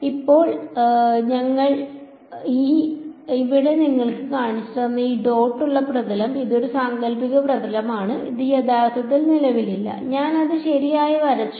ഇപ്പോൾ ഞാൻ ഇവിടെ നിങ്ങൾക്ക് കാണിച്ചുതന്ന ഈ ഡോട്ടുള്ള പ്രതലം ഇതൊരു സാങ്കൽപ്പിക പ്രതലമാണ് അത് യഥാർത്ഥത്തിൽ നിലവിലില്ല ഞാൻ അത് ശരിയായി വരച്ചു